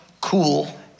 cool